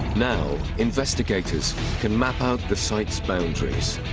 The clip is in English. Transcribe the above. now investigators can map out the site's boundaries.